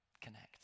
connect